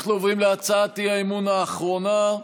אנחנו עוברים להצעת האי-אמון האחרונה,